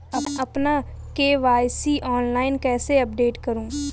मैं अपना KYC online कैसे अपडेट करूँ?